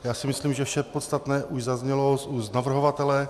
Já si myslím, že vše podstatné už zaznělo z úst navrhovatele.